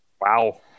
Wow